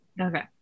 okay